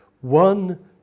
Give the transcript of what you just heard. one